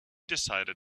decided